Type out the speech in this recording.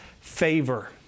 favor